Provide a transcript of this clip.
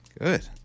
Good